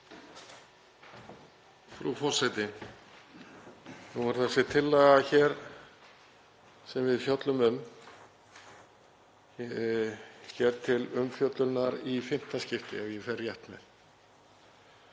Frú forseti. Nú er þessi tillaga sem við fjöllum um hér til umfjöllunar í fimmta skipti, ef ég fer rétt með,